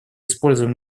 используем